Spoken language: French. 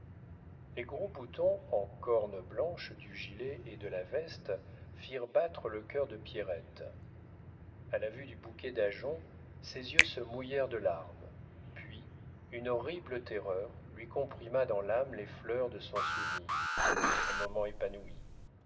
les gros boutons en corne blanche du gilet et de la veste firent battre le cœur de pierrette a la vue du bouquet d'ajonc ses yeux se mouillèrent de larmes puis une horrible terreur lui comprima dans l'âme les fleurs de son souvenir un moment épanouies